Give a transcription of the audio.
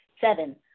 Seven